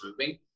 moving